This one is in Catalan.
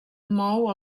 mou